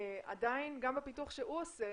עדיין גם בפיתוח שהוא עושה,